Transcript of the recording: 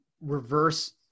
reverse